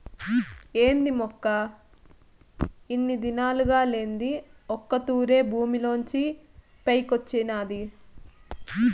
ఏంది మొక్క ఇన్ని దినాలుగా లేంది ఒక్క తూరె భూమిలోంచి పైకొచ్చినాది